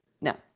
No